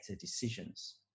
decisions